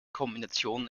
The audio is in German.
kombination